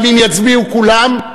גם אם יצביעו כולם,